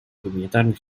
гуманитарных